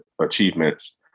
achievements